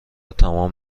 تمام